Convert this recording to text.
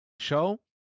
show